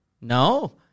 No